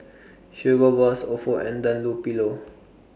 Hugo Boss Ofo and Dunlopillo